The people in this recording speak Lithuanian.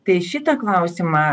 tai šitą klausimą